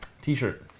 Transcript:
T-shirt